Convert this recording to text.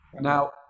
Now